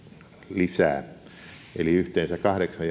lisää eli yhteensä kahdeksan